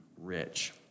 rich